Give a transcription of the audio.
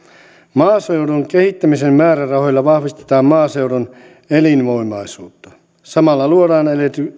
maaseudun kehittämisen määrärahoilla vahvistetaan maaseudun elinvoimaisuutta samalla luodaan